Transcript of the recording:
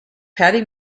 patty